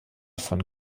von